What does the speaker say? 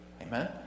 Amen